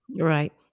Right